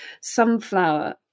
Sunflower